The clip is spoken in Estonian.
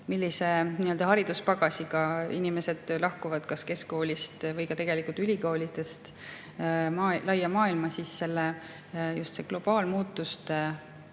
millise hariduspagasiga inimesed lahkuvad kas keskkoolist või ka ülikoolist laia maailma, siis näen, et just globaalmuutuste,